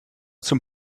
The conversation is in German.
zum